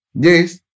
Yes